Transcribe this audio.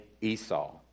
Esau